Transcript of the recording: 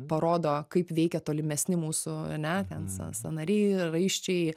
parodo kaip veikia tolimesni mūsų ane ten sa sąnariai ir raiščiai